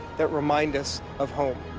that remind us of home.